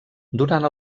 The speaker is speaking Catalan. durant